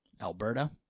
Alberta